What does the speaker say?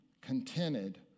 contented